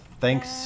thanks